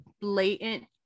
blatant